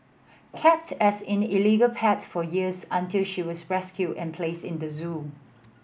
kept as in illegal pet for years until she was rescued and placed in the zoo